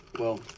well,